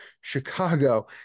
Chicago